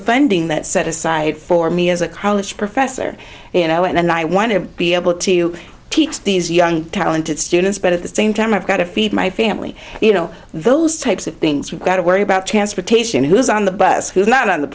funding that set aside for me as a college professor you know and i want to be able to teach these young talented students but at the same time i've got to feed my family you know those types of things we've got to worry about transportation who's on the bus who's not on the